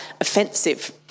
offensive